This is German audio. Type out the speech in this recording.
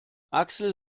axel